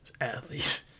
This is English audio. Athletes